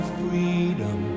freedom